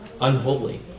unholy